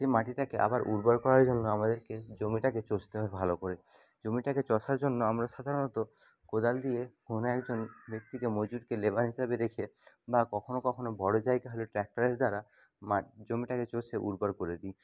সেই মাটিটাকে আবার উর্বর করার জন্য আমাদেরকে জমিটাকে চষতে হয় ভালো করে জমিটাকে চষার জন্য আমরা সাধারণত কোদাল দিয়ে কোনো একজন ব্যক্তিকে মজুরকে লেবার হিসাবে রেখে বা কখনো কখনো বড়ো জায়গা হলে ট্রাক্টারের দ্বারা জমিটাকে চষে উর্বর করে দিই